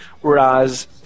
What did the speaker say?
Whereas